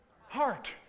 heart